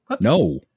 No